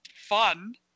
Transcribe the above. fun